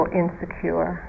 insecure